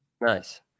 nice